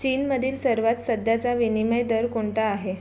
चीनमधील सर्वात सध्याचा विनिमय दर कोणता आहे